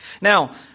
Now